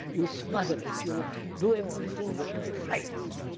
you smother it, you do everything not to be frightened,